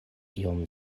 iom